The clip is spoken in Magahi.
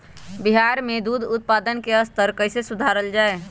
बिहार में दूध उत्पादन के स्तर कइसे सुधारल जाय